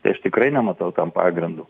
tai aš tikrai nematau tam pagrindo